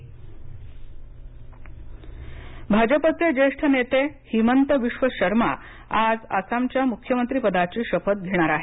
आसाम ममं भाजपाचे ज्येष्ठ नेते हिमंत विश्व शर्मा आज आसामच्या मुख्यमंत्रीपदाची शपथ घेणार आहेत